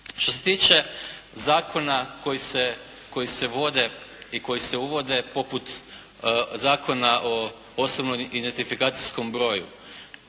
Što se tiče zakona koji se vode i koji se uvode poput Zakona o osobnom identifikacijskom broju,